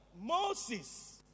Moses